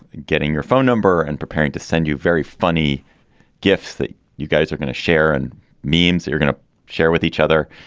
getting your phone number and preparing to send you very funny gifts that you guys are gonna share and means you're going to share with each other.